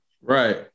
right